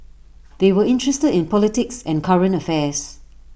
they were interested in politics and current affairs